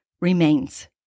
remains